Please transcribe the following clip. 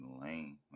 lame